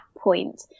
point